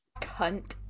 Cunt